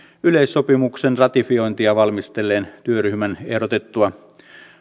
yleissopimuksen ratifiointia valmistelleen työryhmän ehdotettua